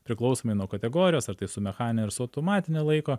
priklausomai nuo kategorijos ar tai su mechanine ar su automatine laiko